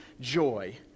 joy